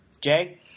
Jay